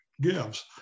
gives